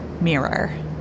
mirror